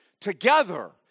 Together